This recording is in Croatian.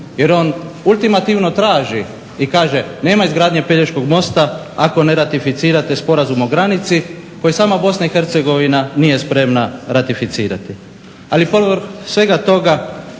jer on ultimativno traži i kaže: "Nema izgradnje Pelješkog mosta ako ne ratificirate sporazum o granici", koji sama Bosna i Hercegovina nije spremna ratificirati. Ali povrh svega toga,